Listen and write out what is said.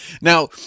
now